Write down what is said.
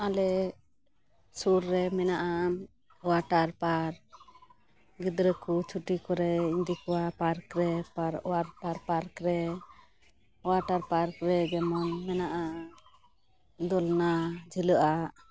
ᱟᱞᱮ ᱥᱩᱨ ᱨᱮ ᱢᱮᱱᱟᱜᱼᱟ ᱚᱣᱟᱴᱟᱨ ᱯᱟᱨᱠ ᱜᱤᱫᱽᱨᱟᱹᱠᱩ ᱪᱷᱩᱴᱤ ᱠᱚᱨᱮᱧ ᱤᱫᱤ ᱠᱚᱣᱟ ᱯᱟᱨᱠᱨᱮ ᱚᱣᱟᱴᱟᱨ ᱯᱟᱨᱠᱨᱮ ᱚᱣᱟᱴᱟᱨ ᱯᱟᱨᱠᱨᱮ ᱡᱮᱢᱚᱱ ᱢᱮᱱᱟᱜᱼᱟ ᱫᱳᱞᱱᱟ ᱡᱷᱤᱞᱟᱹᱜᱼᱟᱜ